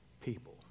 people